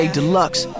Deluxe